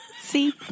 See